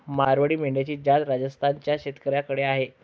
मारवाडी मेंढ्यांची जात राजस्थान च्या शेतकऱ्याकडे आहे